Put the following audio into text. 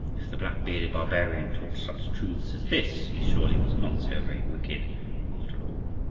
if the black-bearded barbarian taught such truths as this, he surely was not so very wicked after all.